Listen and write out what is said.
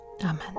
Amen